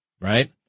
Right